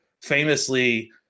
famously